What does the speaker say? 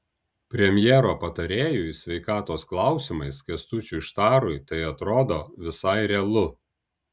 premjero patarėjui sveikatos klausimais kęstučiui štarui tai atrodo visai realu